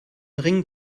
ring